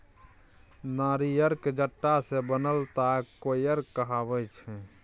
नारियरक जट्टा सँ बनल ताग कोइर कहाबै छै